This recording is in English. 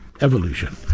Evolution